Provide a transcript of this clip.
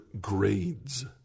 grades